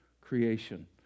creation